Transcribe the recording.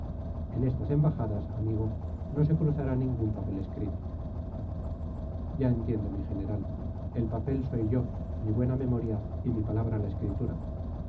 en estas embajadas amigo no se cruzará ningún papel escrito ya entiendo mi general el papel soy yo mi buena memoria y mi palabra la escritura